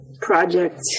project